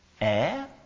air